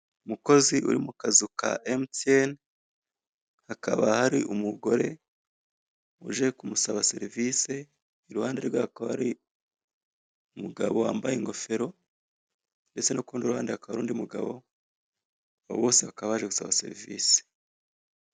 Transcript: Umukozi uru mu kazu ka emutiyene hakaba hari umugore uje kumusaba serivise, iruhande rwe hakaba hari umugabo wambaye ingofero ndetse no k'urundi ruhande hakaba hari undi mugabo, abo bose bakaba baje gusaba serivise.